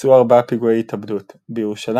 בוצעו ארבעה פיגועי התאבדות - בירושלים),